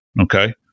Okay